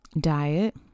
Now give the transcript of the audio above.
diet